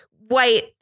white